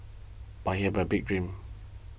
but he have a big dream